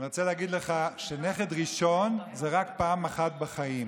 אני רוצה להגיד לך שנכד ראשון הוא רק פעם אחת בחיים.